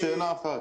זאת שאלה אחת.